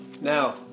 now